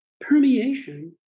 Permeation